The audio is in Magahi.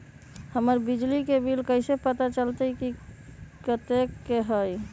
हमर बिजली के बिल कैसे पता चलतै की कतेइक के होई?